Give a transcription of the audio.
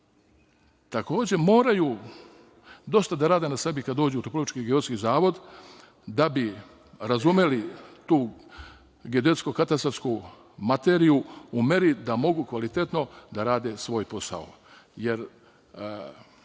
takođe moraju dosta da rade na sebi kada dođu u Republički geodetski zavod da bi razumeli tu geodetsko-katastarsku materiju u meri da mogu kvalitetno da rade svoj posao,